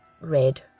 red